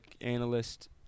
analyst